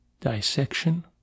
dissection